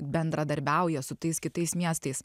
bendradarbiauja su tais kitais miestais